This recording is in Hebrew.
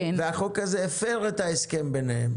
נחקק חוק והחוק הזה הפר את ההסכם הזה ביניהם.